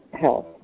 health